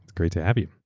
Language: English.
great to have you.